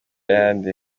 ayandi